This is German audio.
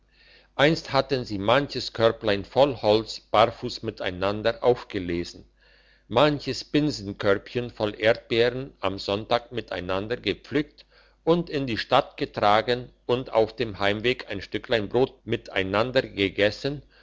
einst hatten sie manches körblein voll holz barfuss miteinander aufgelesen manches binsenkörbchen voll erdbeeren am sonntag miteinander gepflückt und in die stadt getragen und auf dem heimweg ein stücklein brot miteinander gegessen